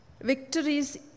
victories